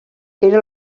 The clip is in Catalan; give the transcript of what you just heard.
era